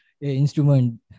instrument